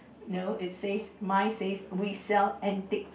no it says mine says we sell antiques